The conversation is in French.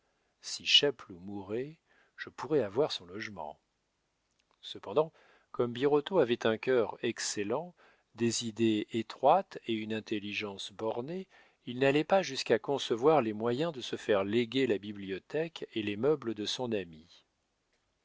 si chapeloud mourait je pourrais avoir son logement cependant comme birotteau avait un cœur excellent des idées étroites et une intelligence bornée il n'allait pas jusqu'à concevoir les moyens de se faire léguer la bibliothèque et les meubles de son ami